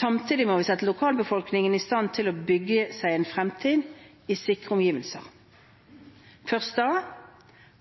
Samtidig må vi sette lokalbefolkningen i stand til å bygge seg en fremtid, i sikre omgivelser. Først da